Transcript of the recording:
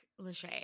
Lachey